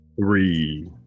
Three